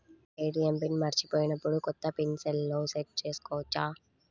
ATM PIN మరచిపోయినప్పుడు, కొత్త PIN సెల్లో సెట్ చేసుకోవచ్చా?